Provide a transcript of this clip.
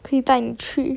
可以带你去